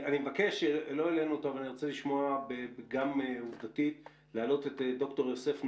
אני מבקש לשמוע את ד"ר יוסף נגה,